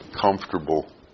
comfortable